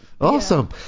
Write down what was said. Awesome